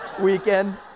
weekend